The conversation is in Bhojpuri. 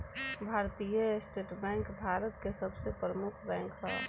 भारतीय स्टेट बैंक भारत के सबसे प्रमुख बैंक ह